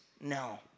no